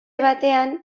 batean